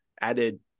added